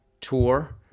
tour